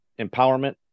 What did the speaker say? empowerment